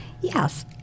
Yes